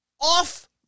off